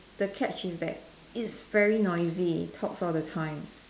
the catch is that it's very noisy talks all the time